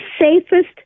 safest